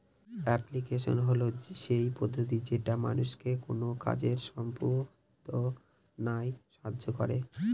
application হল সেই পদ্ধতি যেটা মানুষকে কোনো কাজ সম্পদনায় সাহায্য করে